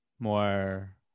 More